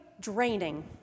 draining